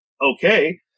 okay